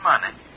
Money